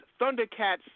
Thundercats